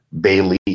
Bailey